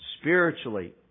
spiritually